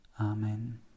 Amen